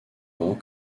ans